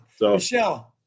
Michelle